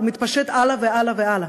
הוא מתפשט הלאה והלאה והלאה.